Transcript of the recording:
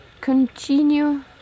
continue